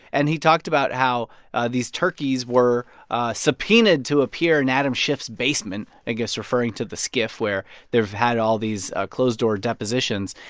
and he talked about how ah these turkeys were subpoenaed to appear in adam schiff's basement, i guess referring to the skiff where they've had all these closed-door depositions.